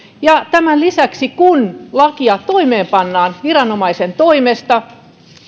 tämän lisäksi kun lakia toimeenpannaan viranomaisen toimesta